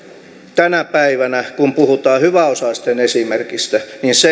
tänä päivänä kun puhutaan hyväosaisten esimerkistä